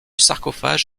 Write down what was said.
sarcophage